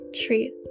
treat